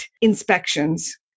inspections